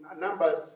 numbers